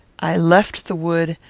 i left the wood,